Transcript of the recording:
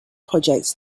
project